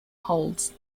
holds